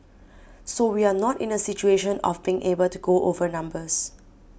so we are not in a situation of being able to go over numbers